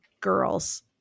girls